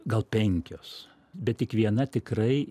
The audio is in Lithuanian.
gal penkios bet tik viena tikrai